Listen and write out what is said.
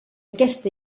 aquest